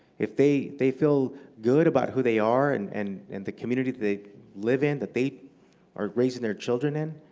if they they feel good about who they are and and and the community that they live in, that they are raising their children in,